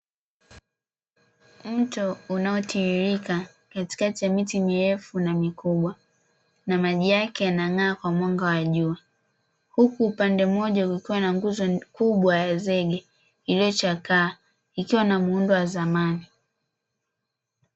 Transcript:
Mto unaotiririka katikati ya miti mirefu na mikubwa, na maji yake yanang'aa kwa mwanga wa jua. Huku upande mmoja kukiwa na nguzo kubwa ya zege iliyochakaa ikiwa na muundo wa zamani.